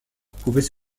pouvaient